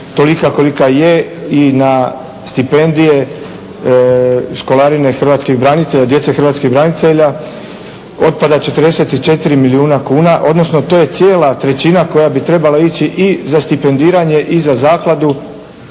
tolika kolika je i na stipendije, školarine hrvatskih branitelja, djece hrvatskih branitelja otpada 44 milijuna kuna, odnosno to je cijela trećina koja bi trebala ići i za stipendiranje i za zakladu.